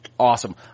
Awesome